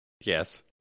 Yes